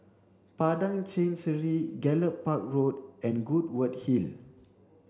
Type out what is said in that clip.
Padang Chancery Gallop Park Road and Goodwood Hill